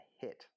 hit